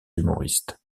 humoristes